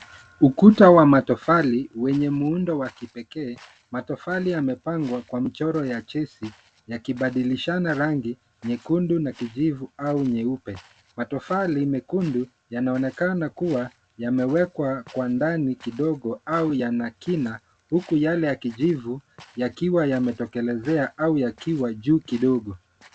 Ukuta wa matofali wenye muundo wa kipekee. Matofali yamepangwa kwa mchoro ya chesi yakibadilishana rangi nyekundu na kijivu au nyeupe. Matofali mekundu yanaonekana kuwa yamewekwa kwa ndani kidogo au yana kina huku yale ya kijivu yakiwa yametokelezea au yakiwa juu kidogo.